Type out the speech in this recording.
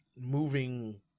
moving